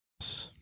Yes